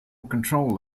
control